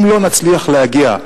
אם לא נצליח להגיע,